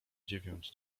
dziewięć